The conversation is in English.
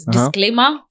Disclaimer